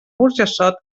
burjassot